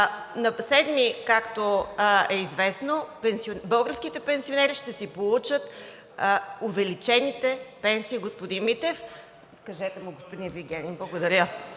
На 7-и, както е известно, българските пенсионери ще си получат увеличените пенсии, господин Митев. Кажете му, господин Вигенин. Благодаря.